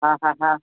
હા હા હા